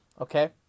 Okay